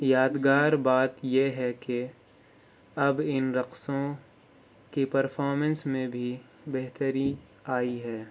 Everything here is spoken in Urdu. یادگار بات یہ ہے کہ اب ان رقصوں کی پرفارمنس میں بھی بہتری آئی ہے